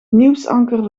nieuwsanker